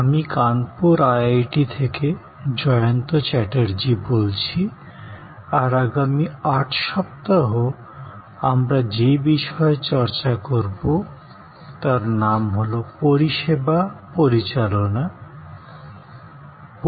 আমি কানপুর আইআইটি থেকে জয়ন্ত চ্যাটার্জি বলছি আর আগামী ৮ সপ্তাহ আমরা যে বিষয়ে চর্চা করব তার নাম হলো 'পরিষেবা পরিচালনা'